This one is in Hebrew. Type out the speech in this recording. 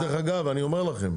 אני אומר לכם,